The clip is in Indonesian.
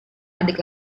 adik